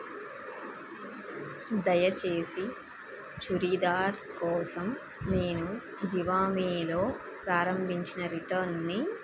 దయచేసి చుడిదార్ కోసం నేను జివామేలో ప్రారంభించిన రిటర్న్ని